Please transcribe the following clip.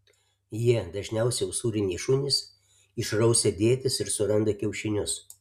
jie dažniausiai usūriniai šunys išrausia dėtis ir suranda kiaušinius